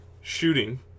shooting